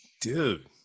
Dude